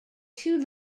two